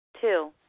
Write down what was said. Two